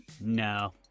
No